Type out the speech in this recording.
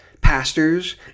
pastors